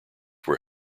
were